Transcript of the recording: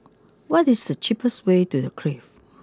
what is the cheapest way to the Clift